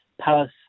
Palace